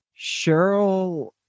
Cheryl